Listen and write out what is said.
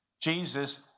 Jesus